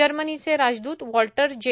जर्मनीचे राजदूत वॉल्टर जे